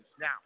now